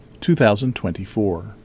2024